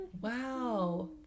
Wow